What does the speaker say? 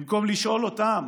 במקום לשאול אותם: